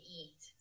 eat